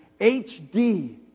HD